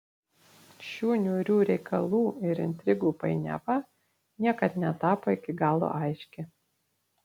šių niūrių reikalų ir intrigų painiava niekad netapo iki galo aiški